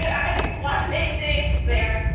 i didn't want to name names there,